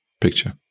picture